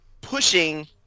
pushing